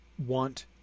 want